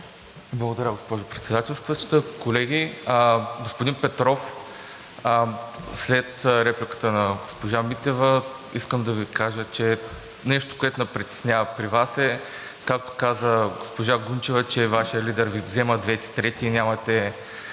Благодаря Ви, госпожо Председателстващ. Колеги! Господин Петров, след репликата на госпожа Митева искам да Ви кажа, че нещо, което ни притеснява при Вас, е, както каза госпожа Гунчева, че Вашият лидер Ви взема двете трети и нямате